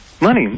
Money